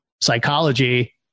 psychology